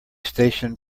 station